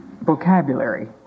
vocabulary